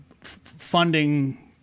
funding